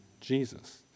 Jesus